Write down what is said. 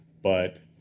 but